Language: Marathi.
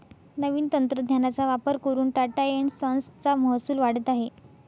नवीन तंत्रज्ञानाचा वापर करून टाटा एन्ड संस चा महसूल वाढत आहे